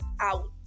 out